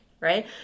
right